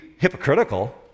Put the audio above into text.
hypocritical